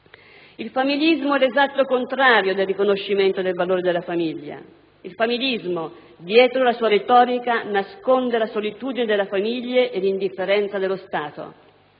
Il familismo è l'esatto contrario del riconoscimento del valore della famiglia. Il familismo, dietro la sua retorica, nasconde la solitudine della famiglia e l'indifferenza dello Stato.